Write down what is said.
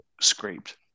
scraped